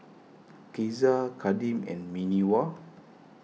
Caesar Kadeem and Minerva